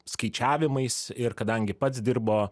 skaičiavimais ir kadangi pats dirbo